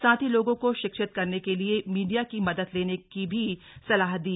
साथ ही लोगों को शिक्षित करने के लिए मीडिया की मदद लेने की भी सलाह दी